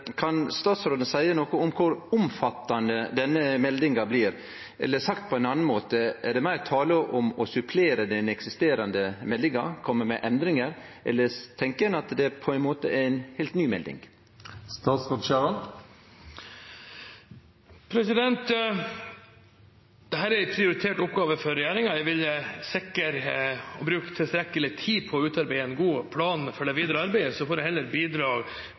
Kan statsråden seie noko om kor omfattande denne meldinga blir? Eller sagt på ein annan måte: Er det meir tale om å supplere den eksisterande meldinga, kome med endringar, eller tenkjer ein at det på ein måte blir ei heilt ny melding? Dette er en prioritert oppgave for regjeringen. Jeg vil sikre at det brukes tilstrekkelig med tid på å utarbeide en god plan for det videre arbeidet. Så får jeg heller